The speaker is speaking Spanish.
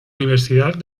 universidad